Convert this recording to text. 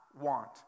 want